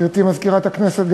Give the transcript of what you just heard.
גברתי מזכירת הכנסת,